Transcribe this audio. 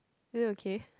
are you okay